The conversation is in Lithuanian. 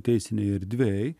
teisinėje erdvėje